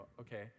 okay